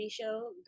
show